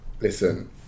listen